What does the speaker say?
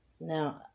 Now